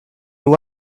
were